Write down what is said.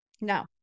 No